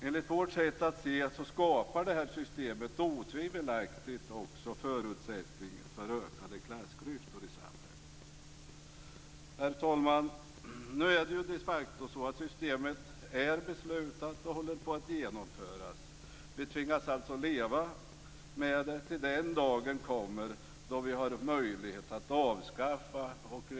Enligt vårt sätt att se skapar det här systemet otvivelaktigt också förutsättning för ökade klassklyftor i samhället. Herr talman! Systemet är de facto beslutat och håller på att genomföras. Vi tvingas alltså leva med det till den dag då vi har möjlighet att avskaffa det.